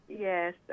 Yes